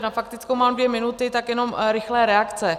Na faktickou mám dvě minuty, jenom rychlá reakce.